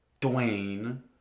Dwayne